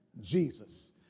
Jesus